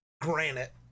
granite